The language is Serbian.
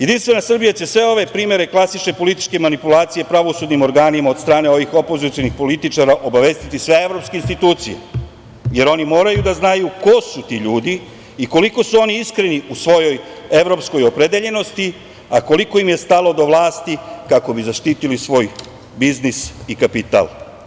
Jedinstvena Srbija će sve ove primere klasične političke manipulacije pravosudnim organima od strane ovih opozicionih političara obavestiti sve evropske institucije, jer oni moraju da znaju ko su ti ljudi i koliko su oni iskreni u svojoj evropskoj opredeljenosti a koliko im je stalo do vlasti, kako bi zaštitili svoj biznis i kapital.